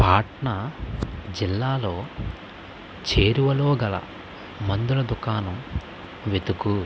పాట్నా జిల్లాలో చేరువలోగల మందుల దుకాణం వెతుకు